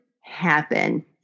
happen